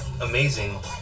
amazing